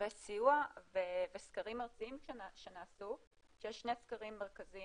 קווי סיוע וסקרים ארציים שנעשו כשיש שני סקרים מרכזיים,